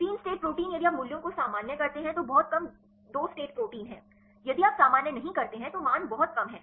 3 state protein यदि आप मूल्यों को सामान्य करते हैं तो बहुत कम 2 स्टेट प्रोटीन हैं यदि आप सामान्य नहीं करते हैं तो मान बहुत कम हैं